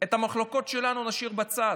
את המחלוקות שלנו נשאיר בצד.